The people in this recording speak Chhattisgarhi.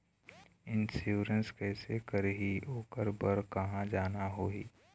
इंश्योरेंस कैसे करही, ओकर बर कहा जाना होही?